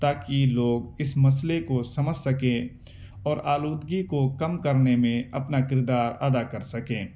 تاکہ لوگ اس مسئلے کو سمجھ سکیں اور آلودگی کو کم کرنے میں اپنا کردار ادا کر سکیں